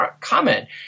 comment